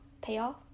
payoff